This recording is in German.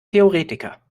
theoretiker